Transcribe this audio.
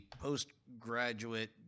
postgraduate